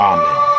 Amen